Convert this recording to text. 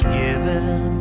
given